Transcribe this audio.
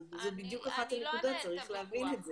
זאת בדיוק אחת הנקודות וצריך להבין את זה.